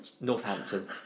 Northampton